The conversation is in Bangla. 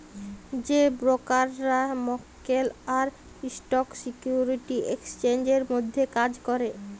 যে ব্রকাররা মক্কেল আর স্টক সিকিউরিটি এক্সচেঞ্জের মধ্যে কাজ ক্যরে